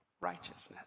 righteousness